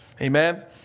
Amen